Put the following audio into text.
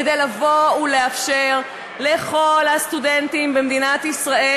כדי לבוא ולאפשר לכל הסטודנטים במדינת ישראל